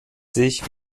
sich